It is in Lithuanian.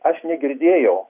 aš negirdėjau